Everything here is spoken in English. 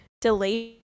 delayed